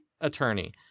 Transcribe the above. attorney